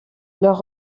leur